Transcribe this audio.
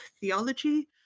theology